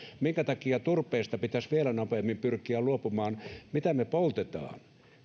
minkä takia turpeesta pitäisi vielä nopeammin pyrkiä luopumaan mitä me poltamme